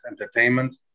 entertainment